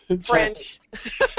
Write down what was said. French